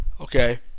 Okay